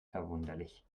verwunderlich